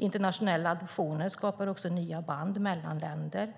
Internationella adoptioner skapar också nya band mellan länder